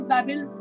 Babel